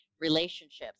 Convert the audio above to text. relationships